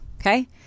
Okay